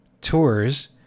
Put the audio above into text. tours